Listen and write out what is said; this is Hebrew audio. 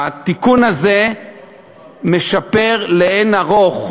התיקון הזה משפר לאין ערוך,